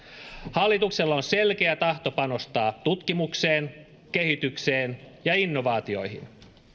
hallituksella on selkeä tahto panostaa tutkimukseen kehitykseen ja innovaatioihin